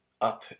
up